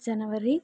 January